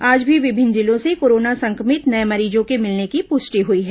आज भी विभिन्न जिलों से कोरोना संक्रमित नये मरीजों के मिलने की पुष्टि हुई है